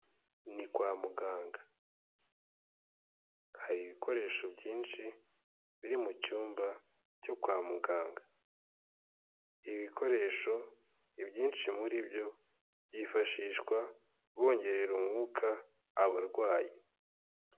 Ni kwa muganga, hari ibikoresho byinshi biri mu cyumba cyo kwa muganga, ibi bikoresho ibyinshi muri byo byifashishwa bongerera umwuka abarwayi.